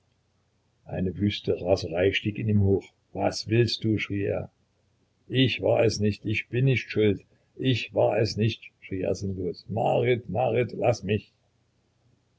eine wüste raserei stieg in ihm hoch was willst du schrie er ich war es nicht ich bin nicht schuld ich war es nicht schrie er sinnlos marit marit laß mich